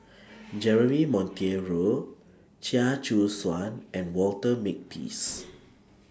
Jeremy Monteiro Chia Choo Suan and Walter Makepeace